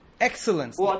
Excellence